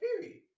Period